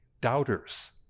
doubters